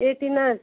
atlas